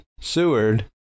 Seward